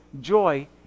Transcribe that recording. joy